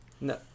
No